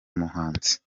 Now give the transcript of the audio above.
muhanzi